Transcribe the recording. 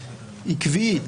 עקבית,